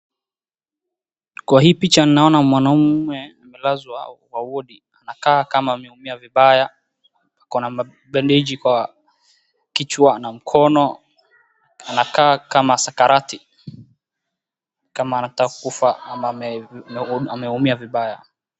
Kwa hii picha naona mwanaume amelazwa kwa wordi anakaa kama ameumia vibaya ako na bandeji kwa kichwa na mkono anakaa kama sakarati kama antaka kufa ama ameumia vibaya.